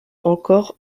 encore